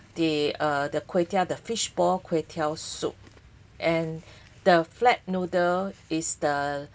the uh the kway teow the fishball kway teow soup and the flat noodle is the